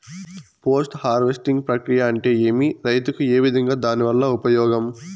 Post harvesting ప్రక్రియ అంటే ఏమి? రైతుకు ఏ విధంగా దాని వల్ల ఉపయోగం?